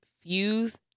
Fuse